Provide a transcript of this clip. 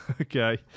Okay